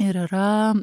ir yra